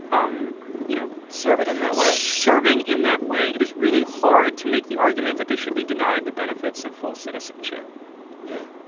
um you know. serving in that way. serving in that way, it is really hard to make the argument that they should be denied the benefits of full citizenship yeah.